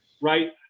right